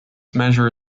measure